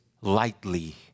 lightly